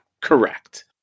Correct